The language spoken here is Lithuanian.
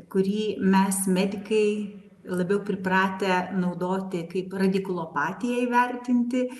kurį mes medikai labiau pripratę naudoti kaip radikulopatija įvertinti